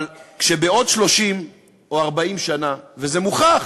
אבל כשבעוד 30 או 40 שנה, וזה מוכח,